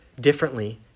differently